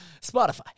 Spotify